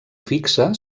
fixa